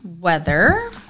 weather